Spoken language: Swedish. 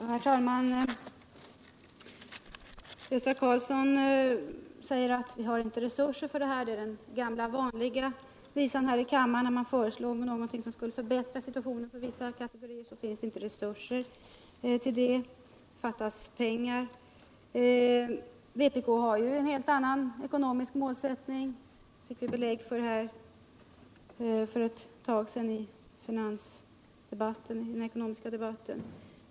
Herr talman! Gösta Karlsson säger att vi inte har resurser för detta. Det är den gamla vanliga visan här i kammaren. När man föreslår någonting som skulle kunna förbättra situationen för vissa kategorier finns det inte resurser — det fattas pengar. Vpk har en helt annan ekonomisk målsättning. Det fick vi belägg för i den ekonomiska debatten under de senaste dagarna.